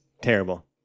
Terrible